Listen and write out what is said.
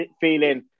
feeling